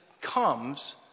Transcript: comes